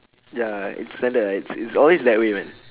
ya it's standard lah it's it's always that way man